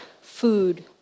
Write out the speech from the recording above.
food